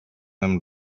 amb